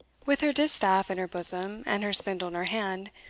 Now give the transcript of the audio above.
with her distaff in her bosom, and her spindle in her hand,